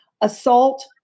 assault